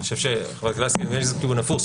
אני חושב, חברת הכנסת לסקי, שזה מכיוון הפוך.